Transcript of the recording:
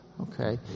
Okay